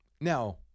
Now